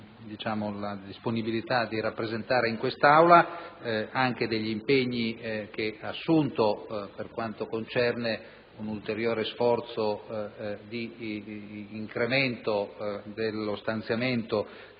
il signor Ministro ha rappresentato in quest'Aula e anche degli impegni che ha assunto per quanto concerne un ulteriore sforzo di incremento dello stanziamento,